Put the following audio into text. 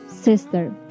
sister